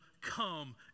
come